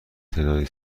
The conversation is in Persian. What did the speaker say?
تعدادی